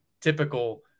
Typical –